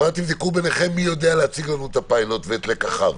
תבדקו ביניכם מי יודע להציג לנו את הפיילוט ואת לקחיו.